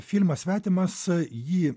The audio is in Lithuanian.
filmą svetimas jį